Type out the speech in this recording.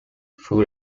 food